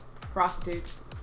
Prostitutes